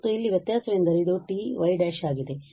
ಮತ್ತು ಇಲ್ಲಿ ವ್ಯತ್ಯಾಸವೆಂದರೆ ಇದು ty′ ಆಗಿದೆ